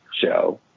show